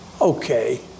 Okay